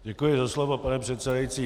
Děkuji za slovo, pane předsedající.